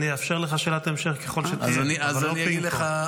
אאפשר לך שאלת המשך, ככל שתהיה, אבל לא פינג-פונג.